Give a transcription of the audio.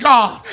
God